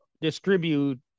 distribute